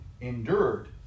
endured